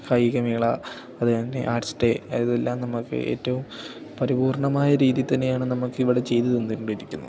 കായികമേള അതുകഴിഞ്ഞ് arts day അതെല്ലാം നമുക്ക് ഏറ്റവും പരിപൂർണ്ണമായ രീതിയില് തന്നെയാണ് നമുക്കിവിടെ ചെയ്തുതന്നുകൊണ്ടിരിക്കുന്നത്